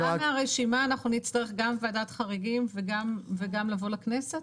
הוצאה מהרשימה אנחנו נצטרך גם ועדת חריגים וגם לבוא אלינו לכנסת?